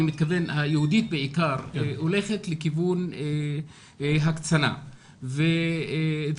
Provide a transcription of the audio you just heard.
אני מתכוון היהודית בעיקר הולכת לכיוון הקצנה ודחיה